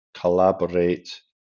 collaborate